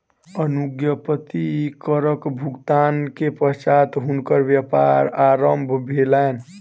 अनुज्ञप्ति करक भुगतान के पश्चात हुनकर व्यापार आरम्भ भेलैन